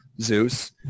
zeus